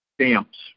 stamps